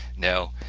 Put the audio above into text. no,